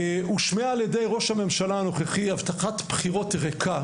הושמעה על ידי ראש הממשלה הנוכחי הבטחת בחירות ריקה,